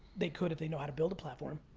they could if they know how to build a platform.